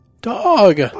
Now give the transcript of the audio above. Dog